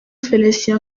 félicien